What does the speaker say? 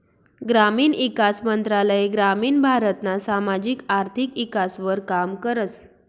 ग्रामीण ईकास मंत्रालय ग्रामीण भारतना सामाजिक आर्थिक ईकासवर काम करस